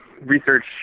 research